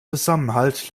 zusammenhalt